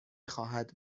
خواهد